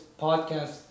podcast